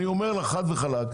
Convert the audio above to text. אני אומר לך חד וחלק,